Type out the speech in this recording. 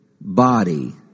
body